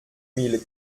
mille